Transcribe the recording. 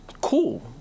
cool